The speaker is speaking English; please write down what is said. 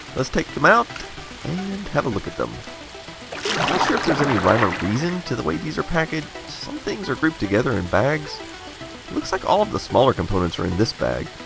let's take them out and have a look at them. i'm not sure if there is any rhyme or reason to the way these are packaged. some things are grouped together in bags. it looks like all of the smaller components are in this bag.